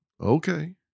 okay